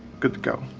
good to go.